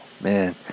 man